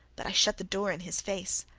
but i shut the door in his face.